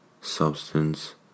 substance